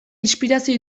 inspirazio